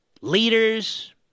leaders